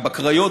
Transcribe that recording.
גם הקריות,